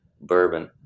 bourbon